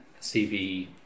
CV